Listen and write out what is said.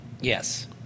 Yes